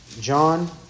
John